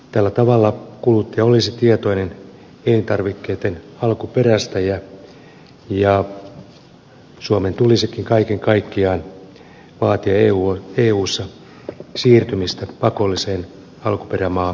tällä tavalla kuluttaja olisi tietoinen elintarvikkeitten alkuperästä ja suomen tulisikin kaiken kaikkiaan vaatia eussa siirtymistä pakolliseen alkuperämaamerkintään